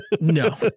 No